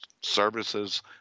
services